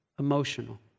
Emotional